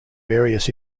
various